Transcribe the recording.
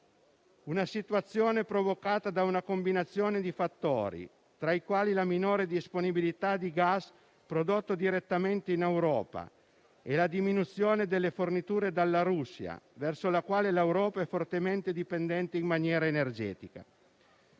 è stata provocata da una combinazione di fattori, tra i quali la minore disponibilità di gas prodotto direttamente in Europa e la diminuzione delle forniture dalla Russia, dalla quale l'Europa è fortemente dipendente in materia energetica.